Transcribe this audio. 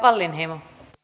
arvoisa puhemies